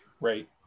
Right